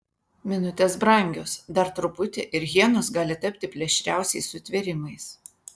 minutės brangios dar truputį ir hienos gali tapti plėšriausiais sutvėrimais